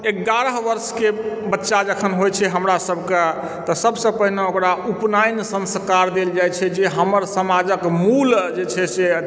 एगारह वर्षके बच्चा जखन होइत छै हमरासभके तऽ सभसँ पहिने ओकरा उपनयन संस्कार देल जाइत छै जे हमर समाजक मूल जे छै से